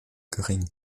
gering